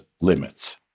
limits